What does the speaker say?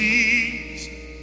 Jesus